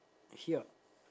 here